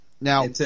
Now